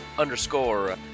Underscore